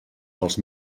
dels